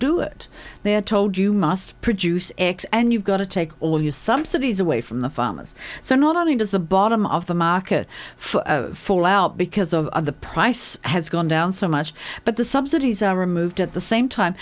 do it they are told you must produce x and you've got to take all your subsidies away from the farmers so not only does the bottom of the market for fall out because of the price has gone down so much but the subsidies are removed at the same time